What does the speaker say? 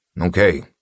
Okay